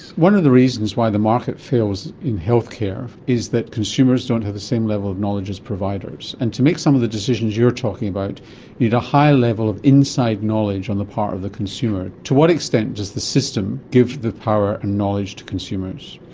one of the reasons why the market fails in healthcare is that consumers don't have the same level of knowledge as providers, and to make some of the decisions you're talking about you need a high level of inside knowledge on the part of the consumer. to what extent does the system give the power and knowledge to consumers?